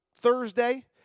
Thursday